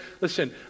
Listen